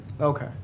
Okay